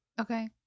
Okay